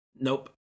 nope